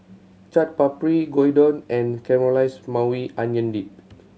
Chaat Papri Gyudon and Caramelized Maui Onion Dip